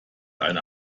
eine